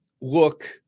look